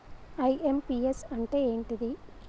IMPS అంటే ఏంటిది?